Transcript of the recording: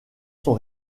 son